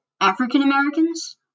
African-Americans